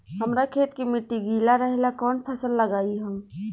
हमरा खेत के मिट्टी गीला रहेला कवन फसल लगाई हम?